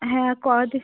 হ্যাঁ কদি